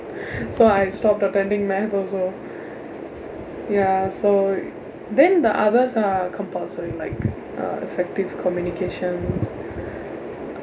so I stopped attending math also ya so then the others are compulsory like uh effective communications